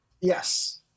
yes